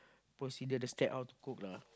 procedure the step how to cook lah